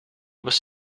was